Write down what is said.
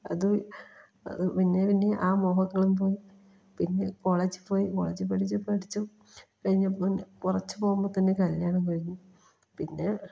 അത് പിന്നേയും പിന്നേയും ആ മോഹങ്ങളൊക്കെ പോയി പിന്നെ കോളേജിൽ പോയി കോളേജിൽ പഠിച്ച് പഠിച്ച് കഴിഞ്ഞപ്പോഴുണ്ട് കുറച്ച് പോകുമ്പം തന്നെ കല്യാണം കഴിഞ്ഞു പിന്നെ